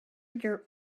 your